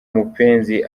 mupenzi